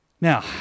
now